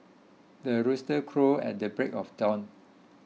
the rooster crows at the break of dawn